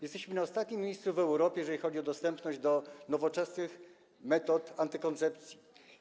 Jesteśmy na ostatnim miejscu w Europie, jeżeli chodzi o dostępność nowoczesnych metod antykoncepcji.